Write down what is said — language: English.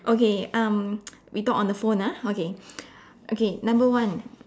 okay um we talk on the phone ah okay okay number one